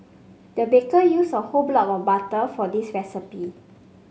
the baker used a whole block of butter for this recipe